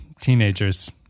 teenagers